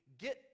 get